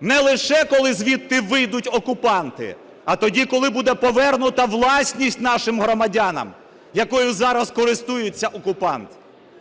не лише коли звідти вийдуть окупанти, а тоді, коли буде повернута власність нашим громадянам, якою зараз користується окупант.